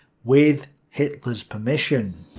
with hitler's permission.